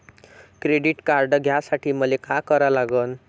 Credit card घ्यासाठी मले का करा लागन?